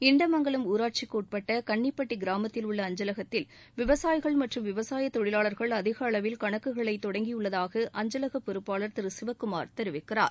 இன்டமங்கலம் ஊராட்சிக்கு உட்பட்ட கன்னிப்பட்டி கிராமத்தில் உள்ள அஞ்சலகத்தில் விவசாயிகள் மற்றும் விவசாய தொழிலாளர்கள் அதிக அளவில் கணக்குகளை தொடங்கியுள்ளதாக அஞ்சலக பொறுப்பாளர் திரு சிவக்குமார் தெரிவிக்கிறார்